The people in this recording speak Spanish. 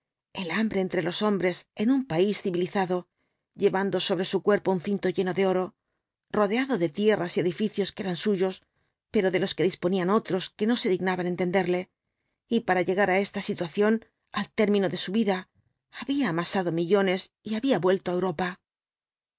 el hambre entre los hombres en un país civilizado llevando sobre su cuerpo un cinto lleno de oro rodeado de tierras y edificios que eran suj'os pero de los que disponían otros que no se dignaban entenderle y para llegar á esta situación al término de su vida había amasado millones y había vuelto á europa